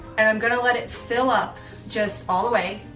and i'm gonna let it fill up just all the way,